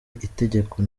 itegeko